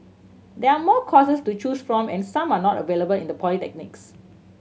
there are more courses to choose from and some are not available in the polytechnics